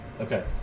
Okay